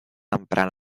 emprant